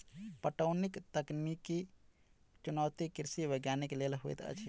पटौनीक तकनीकी चुनौती कृषि वैज्ञानिक लेल होइत अछि